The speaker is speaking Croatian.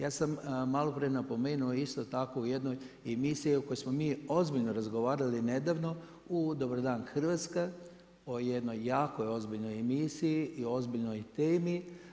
Ja sam malo prije napomenuo isto tako u jednoj emisiji u kojoj smo mi ozbiljno razgovarali nedavno u Dobar dan Hrvatska u jednoj jako ozbiljnoj emisiji i ozbiljnoj temi.